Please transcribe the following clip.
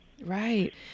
Right